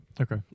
okay